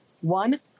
one